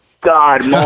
God